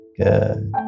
Good